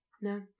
no